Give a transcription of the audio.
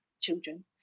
children